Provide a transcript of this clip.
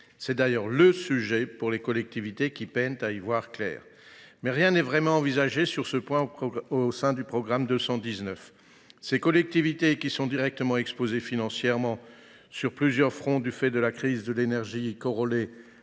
sujet d’inquiétude pour les collectivités, qui peinent à y voir clair, mais rien n’est vraiment envisagé sur ce point au sein du programme 219. Les collectivités, qui sont directement exposées financièrement sur plusieurs fronts du fait de la crise de l’énergie, corrélée